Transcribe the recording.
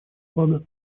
флага